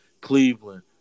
Cleveland